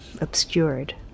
obscured